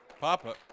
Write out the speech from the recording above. Papa